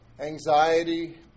Anxiety